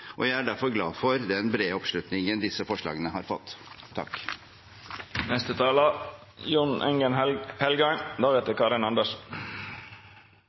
Jeg er derfor glad for den brede oppslutningen disse forslagene har fått.